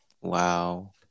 Wow